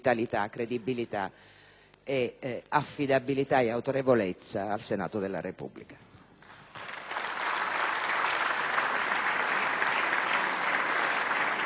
e affidabilità, nonché autorevolezza, al Senato della Repubblica.